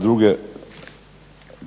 druge